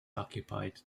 accompanied